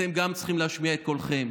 גם אתם צריכים להשמיע את קולכם.